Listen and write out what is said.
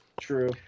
True